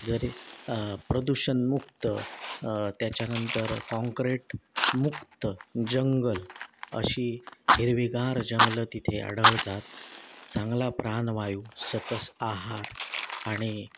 जरी प्रदूषणमुक्त त्याच्यानंतर कॉन्क्रेटमुक्त जंगल अशी हिरवीगार जंगलं तिथे आढळतात चांगला प्राणवायू सकस आहार आणि